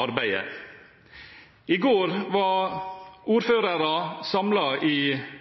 arbeidet. I går var ordførere samlet i